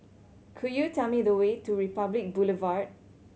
could you tell me the way to Republic Boulevard